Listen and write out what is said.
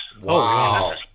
Wow